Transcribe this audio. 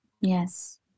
Yes